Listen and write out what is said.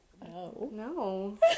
No